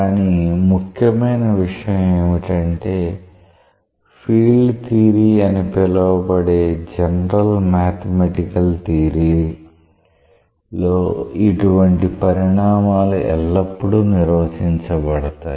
కానీ ముఖ్యమైన విషయం ఏమిటంటే ఫీల్డ్ థియరీ అని పిలువబడే జనరల్ మ్యాథమెటికల్ థియరీలో ఇటువంటి పరిమాణాలు ఎల్లప్పుడూ నిర్వచించబడతాయి